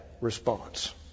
response